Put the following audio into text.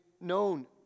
known